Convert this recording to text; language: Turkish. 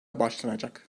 başlanacak